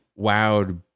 wowed